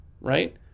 right